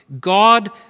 God